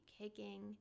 kicking